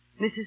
Mrs